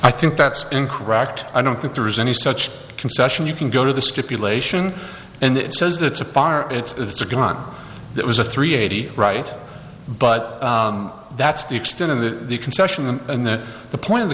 i think that's incorrect i don't think there is any such concession you can go to the stipulation and it says it's a bar it's a gun that was a three eighty right but that's the extent of the concession and that the point of the